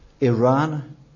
Iran